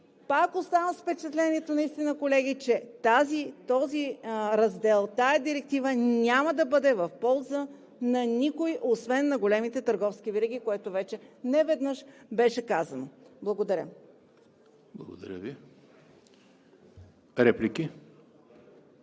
Пак оставам с впечатлението, колеги, че този раздел, тази директива няма да бъде в полза на никого, освен на големите търговски вериги, което вече неведнъж беше казано. Благодаря. ПРЕДСЕДАТЕЛ ЕМИЛ